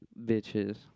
bitches